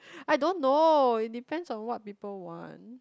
I don't know it depends on what people want